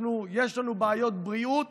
יש לנו בעיות בריאות